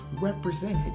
represented